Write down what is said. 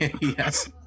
Yes